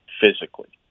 physically